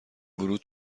ورود